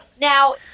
Now –